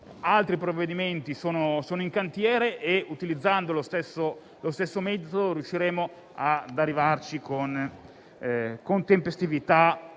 Altri provvedimenti sono in cantiere e, utilizzando lo stesso metodo, riusciremo ad arrivarci con tempestività